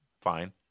fine